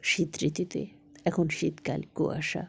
শীত ঋতুতে এখন শীতকাল কুয়াশা